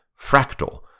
Fractal